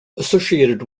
associated